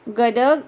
Gadag